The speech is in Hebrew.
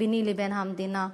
ביני לבין המדינה.